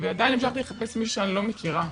ועדיין המשכתי לחפש מישהו שאני לא מכירה,